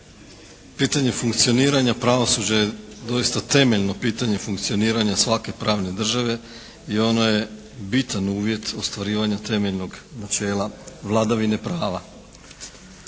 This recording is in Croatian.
Pitanje funkcioniranja pravosuđa je doista temeljno pitanje funkcioniranja svake pravne države i ono je bitan uvjet ostvarivanja temeljnog načela vladavine prava.